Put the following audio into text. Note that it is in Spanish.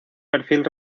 perfil